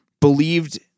believed